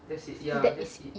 that is it